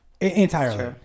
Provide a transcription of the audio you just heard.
entirely